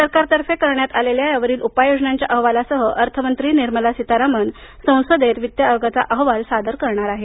सरकार तर्फे करण्यात आलेल्या उपायोजनांच्या अहवालासह अर्थमंत्री निर्मला सीतारामन संसदेत वित्त आयोगाचा अहवाल सादर करणार आहेत